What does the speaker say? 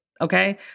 Okay